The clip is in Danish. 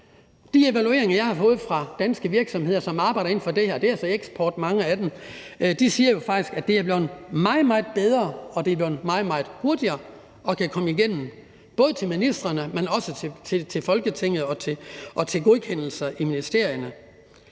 De evalueringer, jeg har fået fra danske virksomheder, som arbejder inden for det her – og mange af dem er altså inden for eksport – siger jo faktisk, at det er blevet meget, meget bedre, og at det er blevet meget, meget hurtigere, og at det både kan komme igennem til Folketinget, men også til ministrene og til godkendelser i ministerierne.